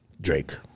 Drake